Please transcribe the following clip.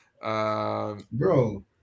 bro